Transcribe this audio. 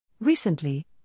Recently